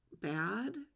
bad